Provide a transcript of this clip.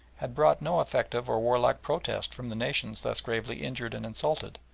had brought no effective or warlike protest from the nations thus gravely injured and insulted,